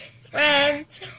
friends